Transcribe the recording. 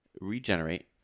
regenerate